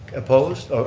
opposed?